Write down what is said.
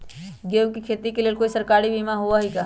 गेंहू के खेती के लेल कोइ सरकारी बीमा होईअ का?